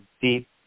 deep